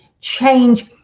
change